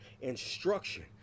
instruction